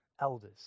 elders